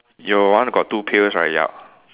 your one got two pails right yup